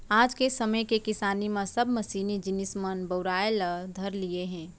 आज के समे के किसानी म सब मसीनी जिनिस मन बउराय ल धर लिये हें